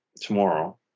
tomorrow